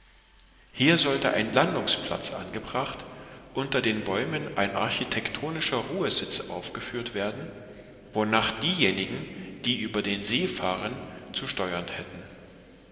hier sollte ein landungsplatz angebracht unter den bäumen ein architektonischer ruhesitz aufgeführt werden wonach diejenigen die über den see fahren zu steuern hätten